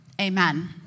amen